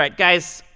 like guys.